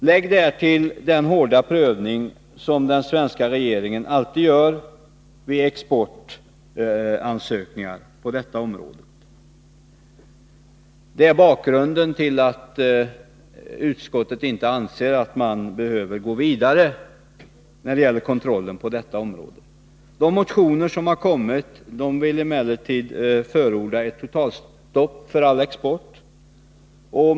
Lägg därtill den hårda prövning som den svenska regeringen alltid gör vid exportansökningar på detta område. Detta är bakgrunden till att utskottet inte anser att man behöver gå vidare när det gäller kontrollen. I de motioner som har väckts förordas emellertid ett totalstopp för all export.